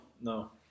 no